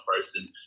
person